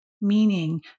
meaning